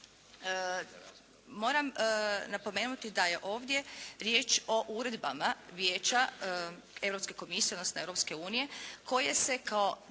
Moram napomenuti da je ovdje riječ o uredbama vijeća Europske Komisije, odnosno Europske unije koje se kao